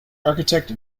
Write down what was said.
architect